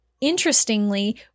interestingly